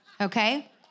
okay